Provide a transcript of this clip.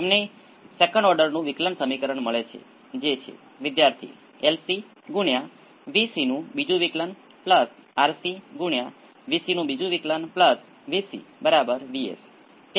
તેથી low sequence system કે જેનો તમે વૈકલ્પિક રીતે બેઝ બનાવી શકતા નથી હું પ્રથમ કહી શકું છું કે દિવસના બેઝનું પ્રદર્શન મારા માટે ખૂબ જ